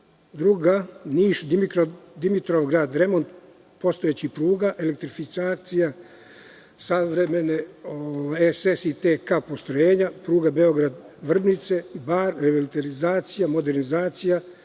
druga Niš-Dimitrovgrad, remont postojećih pruga, elektrifikacija savremenih SS i TK postrojenja pruga Beograd-Vrdnica-Bar, revitalizacija, modernizacija